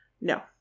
No